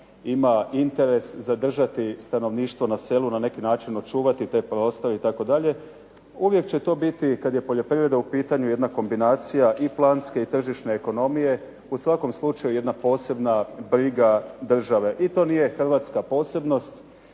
ima interes zadržati stanovništvo na selu, na neki način očuvati te prostore itd. Uvijek će to biti kad je poljoprivreda u pitanju jedna kombinacija i planske i tržišne ekonomije. U svakom slučaju jedna posebna briga države i to nije hrvatska posebnost,